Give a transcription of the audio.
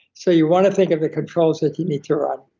so you want to think of the controls that you need to run,